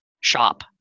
shop